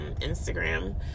Instagram